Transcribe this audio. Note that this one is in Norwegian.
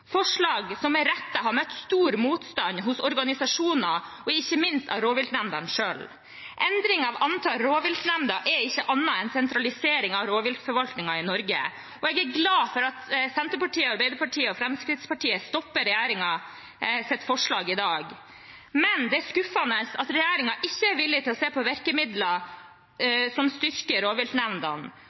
forslag som med rette har møtt stor motstand hos organisasjoner og ikke minst hos rovviltnemndene selv. Endring av antall rovviltnemnder er ikke annet enn sentralisering av rovviltforvaltningen i Norge, og jeg er glad for at Senterpartiet, Arbeiderpartiet og Fremskrittspartiet stopper regjeringens forslag i dag. Men det er skuffende at regjeringen ikke er villig til å se på virkemidler som styrker rovviltnemndene,